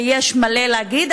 ויש הרבה דברים להגיד,